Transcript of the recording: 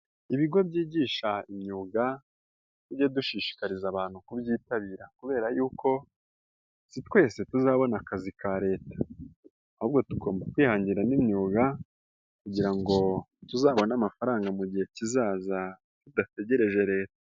Ibigo byigisha imyuga tujye dushishikariza abantu kubyitabira, kubera yuko si twese tuzabona akazi ka leta. Ahubwo tugomba kwihangira n'imyuga kugira ngo tuzabone amafaranga mu mugihe kizaza tudategereje leta.